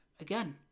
again